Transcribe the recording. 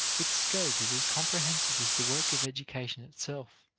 its scope is as comprehensive as the work of education itself.